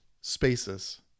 spaces